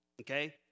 okay